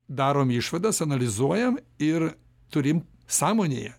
darom išvadas analizuojam ir turim sąmonėje